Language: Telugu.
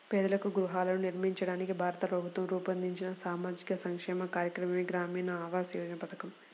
పేదలకు గృహాలను నిర్మించడానికి భారత ప్రభుత్వం రూపొందించిన సామాజిక సంక్షేమ కార్యక్రమమే గ్రామీణ ఆవాస్ యోజన పథకం